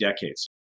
decades